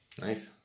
Nice